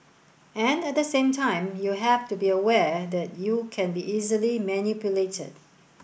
and at the same time you have to be aware that you can be easily manipulated